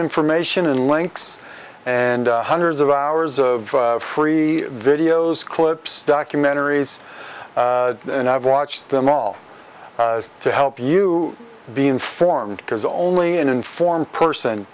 information and links and hundreds of hours of free videos clips documentaries and i've watched them all to help you be informed because only an informed person